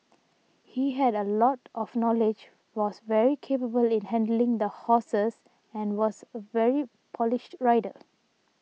he had a lot of knowledge was very capable in handling the horses and was a very polished rider